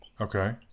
okay